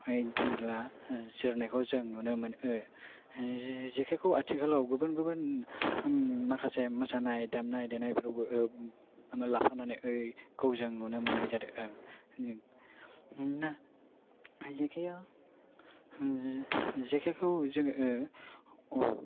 हाय दोनब्ला जोरनायखौ जों नुनो मोनो जेखायखौ आथिखालाव गुबुन गुबुन माखासे मोसानाय दामनाय देनायपोरावबो लाफानायखौ जों नुनो मोननाय जादों मानोना जेखायखौ जोङो